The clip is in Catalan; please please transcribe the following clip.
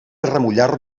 remullar